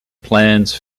plans